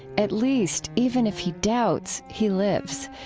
at least, even if he doubts, he lives.